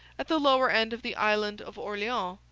at the lower end of the island of orleans,